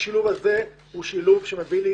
השילוב הזה הוא שילוב שנותן לי